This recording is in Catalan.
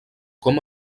com